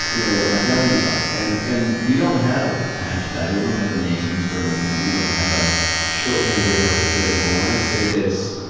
you know what my values are. and and we don't have a hashtag. we don't have a name for a movement. we don't have a shorthand way of articulating, well, when i say this,